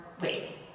wait